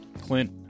Clint